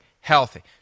healthy